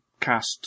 cast